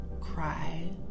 cry